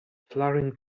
flaring